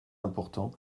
important